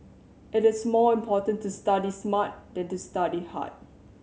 it is more important to study smart than to study hard